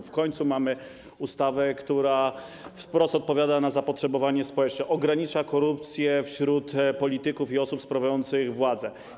W końcu mamy ustawę, która wprost odpowiada na zapotrzebowanie społeczne, ogranicza korupcję wśród polityków i osób sprawujących władzę.